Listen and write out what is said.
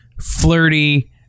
flirty